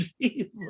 Jesus